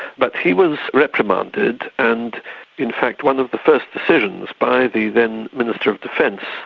but he was reprimanded and in fact one of the first decisions by the then minister of defence,